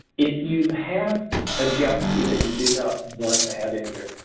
if you have a geography that you do not want to have in here,